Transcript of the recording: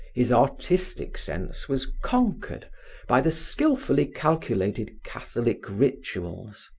his artistic sense was conquered by the skillfully calculated catholic rituals.